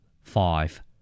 Five